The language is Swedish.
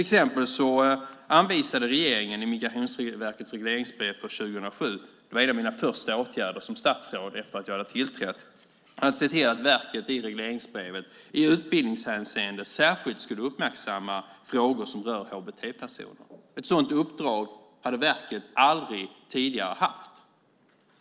Regeringen anvisade till exempel i Migrationsverkets regleringsbrev för 2007 - det var en av mina första åtgärder som statsråd - att verket i utbildningshänseende särskilt skulle uppmärksamma frågor som rör hbt-personer. Ett sådant uppdrag hade verket aldrig tidigare haft.